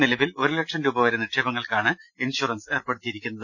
നിലവിൽ ഒരുലക്ഷം രൂപവരെ നിക്ഷേപങ്ങൾക്കാണ് ഇൻഷൂറൻസ് ഏർപ്പെടുത്തിയിരിക്കുന്നത്